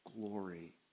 glory